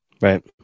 Right